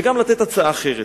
וגם לתת הצעה אחרת.